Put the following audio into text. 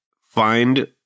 find